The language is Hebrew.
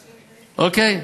אוקיי?